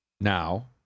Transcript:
now